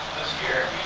this here,